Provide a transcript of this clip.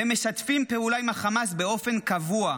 והם משתפים פעולה עם החמאס באופן קבוע.